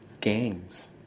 gangs